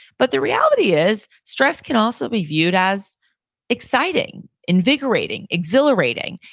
but the reality is stress can also be viewed as exciting, invigorating, exhilarating.